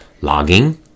logging